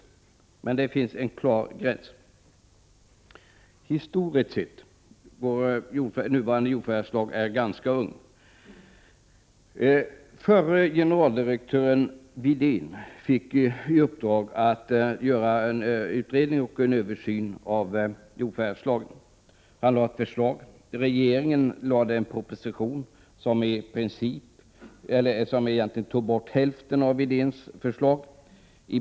Historiskt sett är vår nuvarande jordförvärvslag ganska ung. Förre generaldirektören Widén fick i uppdrag att göra en utredning och översyn av jordförvärvslagen. Han lade fram ett förslag. Regeringen lade fram en proposition, som tog bort i stort sett hälften av Widéns förslag.